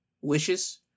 wishes